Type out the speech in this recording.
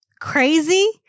Crazy